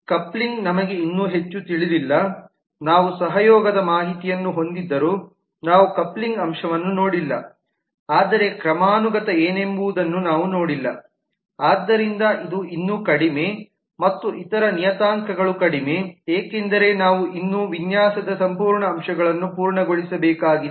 coupling ನಮಗೆ ಇನ್ನೂ ಹೆಚ್ಚು ತಿಳಿದಿಲ್ಲ ನಾವು ಸಹಯೋಗದ ಮಾಹಿತಿಯನ್ನು ಹೊಂದಿದ್ದರೂ ನಾವು ಕಪ್ಲಿಂಗ್ ಅಂಶವನ್ನು ನೋಡಿಲ್ಲ ಆದರೆ ಕ್ರಮಾನುಗತ ಏನೆಂಬುದನ್ನು ನಾವು ನೋಡಿಲ್ಲ ಆದ್ದರಿಂದ ಇದು ಇನ್ನೂ ಕಡಿಮೆ ಮತ್ತು ಇತರ ನಿಯತಾಂಕಗಳು ಕಡಿಮೆ ಏಕೆಂದರೆ ನಾವು ಇನ್ನೂ ವಿನ್ಯಾಸದ ಸಂಪೂರ್ಣ ಅಂಶಗಳನ್ನು ಪೂರ್ಣಗೊಳಿಸಬೇಕಾಗಿದೆ